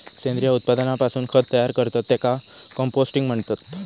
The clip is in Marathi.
सेंद्रिय उत्पादनापासून खत तयार करतत त्येका कंपोस्टिंग म्हणतत